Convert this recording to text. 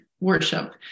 worship